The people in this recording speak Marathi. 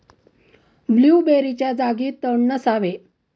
ब्लूबेरीच्या जागी तण नसावे